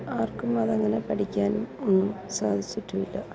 ആർക്കും അതങ്ങനെ പഠിക്കാനും ഒന്നും സാധിച്ചിട്ടും ഇല്ല